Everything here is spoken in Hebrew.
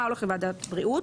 מה הולך לוועדת הבריאות.